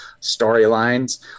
storylines